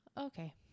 Okay